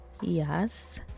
Yes